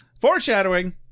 Foreshadowing